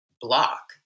block